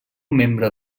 membre